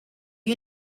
you